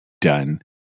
Done